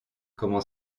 comment